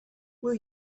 will